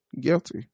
guilty